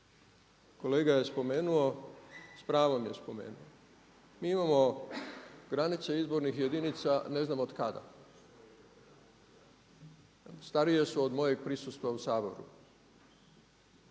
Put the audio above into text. kolega je spomenuo, s pravom je spomenuo, mi imamo granice izbornih jedinica ne znam otkada. Starije su od mojeg prisustva u Saboru.